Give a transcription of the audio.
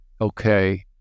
Okay